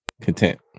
content